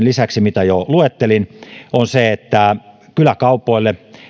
lisäksi mitä jo luettelin on se että kyläkaupoille